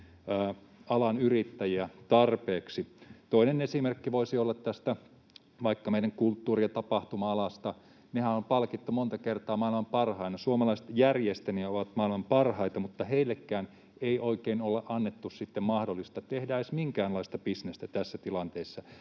alan yrittäjiä tarpeeksi. Toinen esimerkki voisi olla vaikka meidän kulttuuri- ja tapahtuma-alasta. Nehän on palkittu monta kertaa maailman parhaina, suomalaiset ovat järjestäjinä maailman parhaita, mutta heillekään ei oikein olla annettu sitten mahdollisuutta tehdä edes minkäänlaista bisnestä tässä tilanteessa.